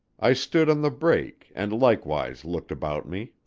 i stood on the break and likewise looked about me.